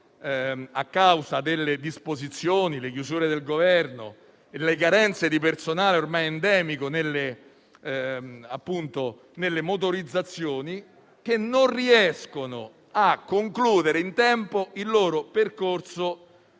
a causa delle chiusure del Governo e della carenze di personale ormai endemica nelle motorizzazioni, non riescono a concludere in tempo il percorso